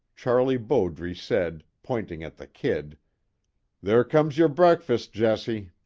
charlie bowdre said, pointing at the kid there comes your breakfast, jesse!